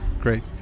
Great